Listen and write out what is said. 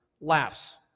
laughs